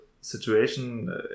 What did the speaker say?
situation